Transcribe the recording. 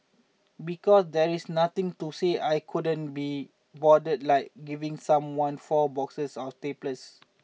because there is nothing to says I couldn't be bothered like giving someone four boxes of staples